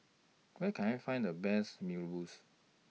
Where Can I Find The Best Mee Rebus